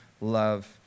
love